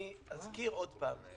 אני אזכיר עוד פעם.